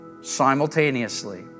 simultaneously